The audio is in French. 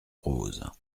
rose